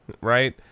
right